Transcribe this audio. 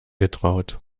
getraut